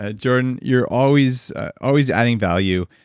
ah jordan, you're always always adding value.